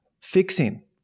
fixing